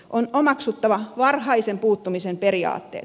on omaksuttava varhaisen puuttumisen periaatteet